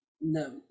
No